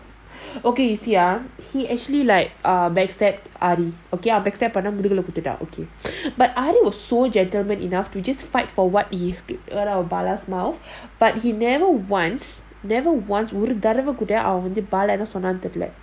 okay you see ah he actually like err backstab okay backstab பண்ணமுடியலபார்த்துக்கோ:panna mudiyala parthuko but was so gentlemen enough to just fight for what he get out of mouth but he never once never once ஒருதடவைகூடஅவன்வந்துபாலாவசொன்னான்னுதெரியல:oruthadava kooda avan vandhu palava sonnanu theriala